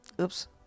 oops